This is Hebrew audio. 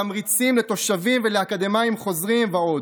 בתמריצים לתושבים ולאקדמאים חוזרים ועוד.